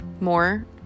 more